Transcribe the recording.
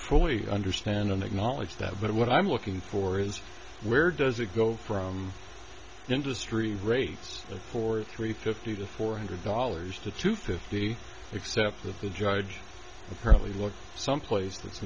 fully understand and acknowledge that but what i'm looking for is where does it go from industry rates for three fifty to four hundred dollars to two fifty except that the judge apparently looks someplace that's